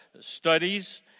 Studies